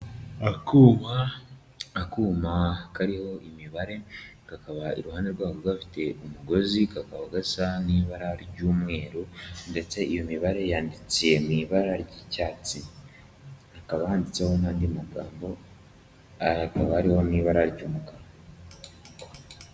Akuma kariho imibare, kakaba iruhande rwaho gafite umugozi kaka gasa n'ibara ry'umweru, ndetse iyo mibare yanditse mu ibara ry'icyatsi, hakaba handitseho n'andi magambo akaba ariho mu ibara ry'umutuku.